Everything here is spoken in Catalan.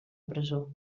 presó